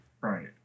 right